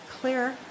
clear